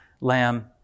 lamb